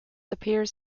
appears